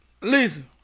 Listen